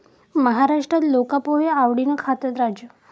महाराष्ट्रात लोका पोहे आवडीन खातत, राजू